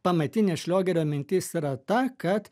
pamatinė šliogerio mintis yra ta kad